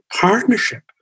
partnership